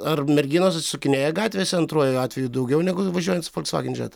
ar merginos atsisukinėja gatvėse antruoju atveju daugiau negu važiuojant su folksvagen džeta